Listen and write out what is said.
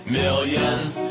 millions